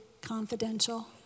confidential